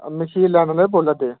मखीर लैने आह्ले बोल्लै दे